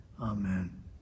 Amen